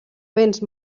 béns